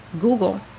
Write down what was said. Google